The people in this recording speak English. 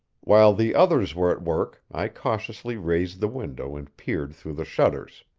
while the others were at work, i cautiously raised the window and peered through the shutters.